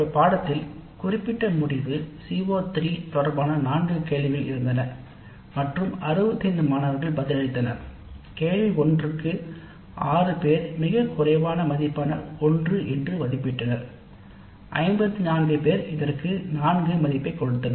ஒரு பாடத்தில் CO3 தொடர்பான நான்கு கேள்விகள் இருந்தன மற்றும் 65 மாணவர்கள் பதிலளித்தனர் கேள்வி 1 க்கு 6 பேர் 1 மதிப்பை மிகக் குறைவாக மதிப்பிட்டனர் 54 பேர் இதற்கு 4 மதிப்பை கொடுத்தனர்